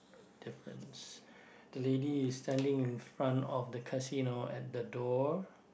difference the lady is standing in front of the casino at the door